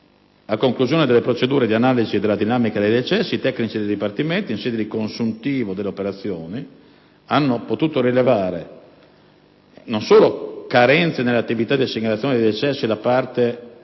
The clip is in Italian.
A conclusione delle procedure di analisi della dinamica dei decessi, i tecnici del Dipartimento antidroga, in sede di consuntivo delle operazioni, hanno potuto rilevare carenze nell'attività di segnalazione dei decessi da parte delle